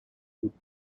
would